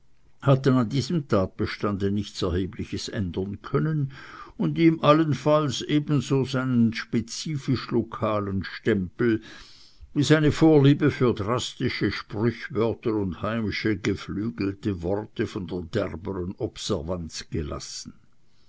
hatten an diesem tatbestande nichts erhebliches ändern können und ihm jedenfalls ebenso seinen spezifisch lokalen stempel wie seine vorliebe für drastische sprichwörter und heimische geflügelte worte von der derberen observanz gelassen